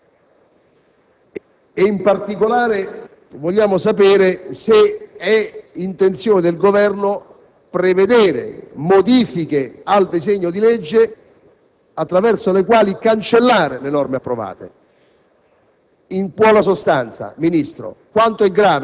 l'esame del disegno di legge. In particolare, vogliamo sapere se è intenzione del Governo prevedere modifiche al disegno di legge attraverso le quali cancellare le norme approvate.